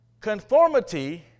Conformity